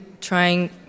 trying